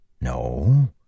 No